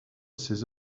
ses